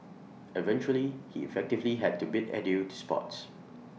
eventually he effectively had to bid adieu to sports